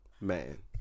Man